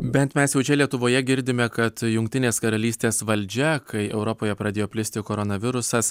bet mes jau čia lietuvoje girdime kad jungtinės karalystės valdžia kai europoje pradėjo plisti koronavirusas